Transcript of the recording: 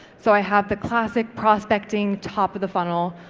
so i have the classic prospecting top of the funnel,